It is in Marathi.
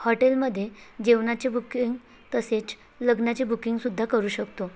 हॉटेलमध्ये जेवणाची बुकिंग तसेच लग्नाची बुकिंग सुद्धा करू शकतो